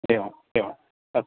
एवम् एवम् अस्तु